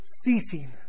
ceasing